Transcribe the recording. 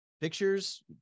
Pictures